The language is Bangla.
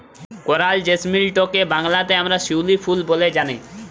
করাল জেসমিলটকে বাংলাতে আমরা শিউলি ফুল ব্যলে জানি